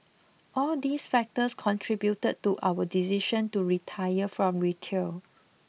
all these factors contributed to our decision to retire from retail